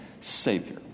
Savior